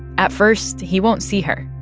at first, he won't see her.